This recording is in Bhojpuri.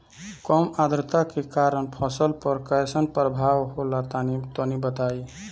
कम आद्रता के कारण फसल पर कैसन प्रभाव होला तनी बताई?